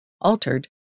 altered